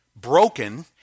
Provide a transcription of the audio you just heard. broken